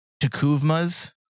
Takuvma's